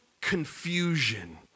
confusion